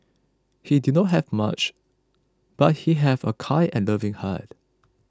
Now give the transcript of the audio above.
he did not have much but he have a kind and loving heart